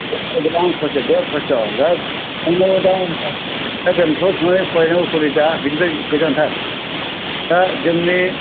गोबां खस्थ' बिराद खस्थ' जा बेंथ'लाव दा थांनानै फरायहैनांगौ कलेजआ बिनिफ्राय गोजानथार दा जोंनि